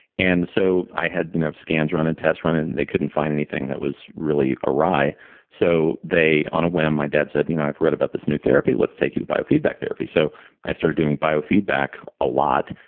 and so i had you know scans run and tests run, and they couldn't find anything that was really awry so on a whim, my dad said, you know i've read about this new therapy. let's take you to biofeedback therapy. so i started doing biofeedback a lot,